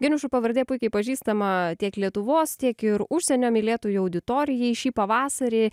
geniušų pavardė puikiai pažįstama tiek lietuvos tiek ir užsienio mylėtojų auditorijai šį pavasarį